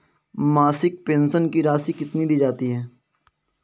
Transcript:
मासिक पेंशन की राशि कितनी दी जाती है?